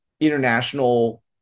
international